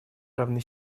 равной